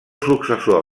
successor